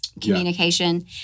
communication